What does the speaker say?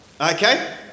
Okay